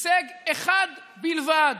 הישג אחד בלבד